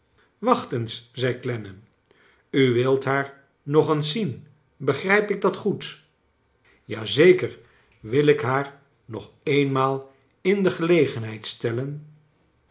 eens zei clennam u wilt haar nog eens zien begrijp ik dat goed ja zeker ik wil haar nog cenmaal in de gelegenheid stellen